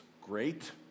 great